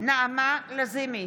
נעמה לזימי,